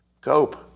Cope